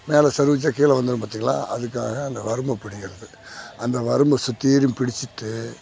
மேல சருகு வச்சால் கீழே வந்துடும் பார்த்திங்களா அதுக்காக அந்த வரம்ப பிடிக்கிறது அந்த வரும்பை சுத்தீரும் பிடிச்சுட்டு